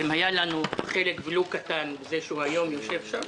ואם היה לנו חלק ולו קטן בזה שהוא היום יושב שם,